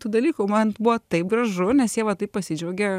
tų dalykų man buvo taip gražu nes jie va taip pasidžiaugė